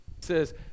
says